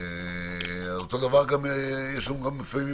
אותו דבר יש לנו גם לפעמים,